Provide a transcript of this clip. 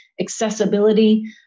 accessibility